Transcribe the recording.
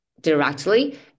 directly